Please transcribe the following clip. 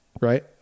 right